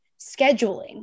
scheduling